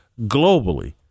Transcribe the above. globally